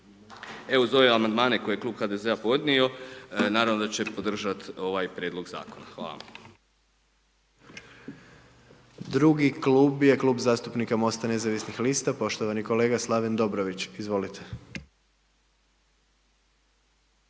Evo uz ove amandmane koje je Klub HDZ-a podnio, naravno da će podržat ovaj Prijedlog Zakona. Hvala vam. **Jandroković, Gordan (HDZ)** Drugi Klub je Klub zastupnika MOST-a nezavisnih lista, poštovani kolega Slaven Dobrović. Izvolite.